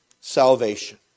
salvation